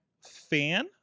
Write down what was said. fan